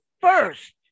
first